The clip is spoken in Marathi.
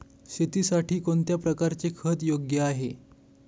शेतीसाठी कोणत्या प्रकारचे खत योग्य आहे?